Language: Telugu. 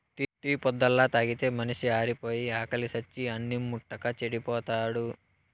టీ పొద్దల్లా తాగితే మనిషి ఆరిపాయి, ఆకిలి సచ్చి అన్నిం ముట్టక చెడిపోతాడు